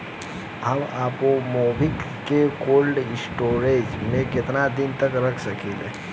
हम आपनगोभि के कोल्ड स्टोरेजऽ में केतना दिन तक रख सकिले?